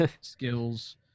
skills